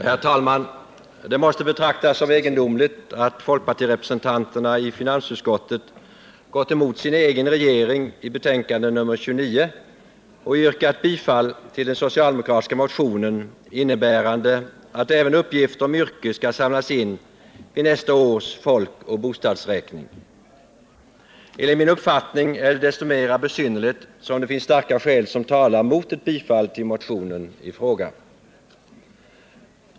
Herr talman! Det måste betraktas som egendomligt att folkpartirepresentanterna i finansutskottet gått emot sin egen regering i betänkandet nr 29 och yrkat bifall till den socialdemokratiska motionen, innebärande att även uppgifter om yrke skall samlas in vid nästa års folkoch bostadsräkning. Enligt min uppfattning är det desto mer besynnerligt som det finns starka skäl som talar mot ett bifall till motionen i fråga.